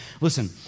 Listen